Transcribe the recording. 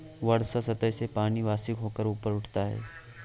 वर्षा सतह से पानी वाष्पित होकर ऊपर उठता है